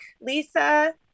Lisa